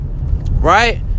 Right